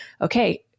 Okay